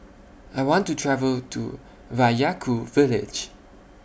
I want to travel to Vaiaku Village